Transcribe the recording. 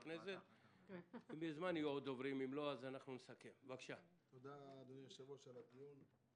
תודה, אדוני היושב-ראש, על הדיון.